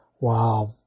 Wow